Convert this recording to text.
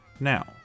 now